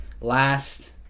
last